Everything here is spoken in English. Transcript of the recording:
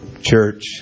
church